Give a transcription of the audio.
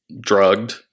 drugged